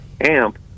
amp